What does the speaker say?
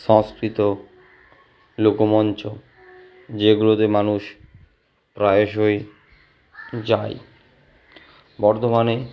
সংস্কৃত লোকমঞ্চ যেগুলোতে মানুষ প্রায়শই যায় বর্ধমানে